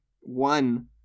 One